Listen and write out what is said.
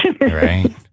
Right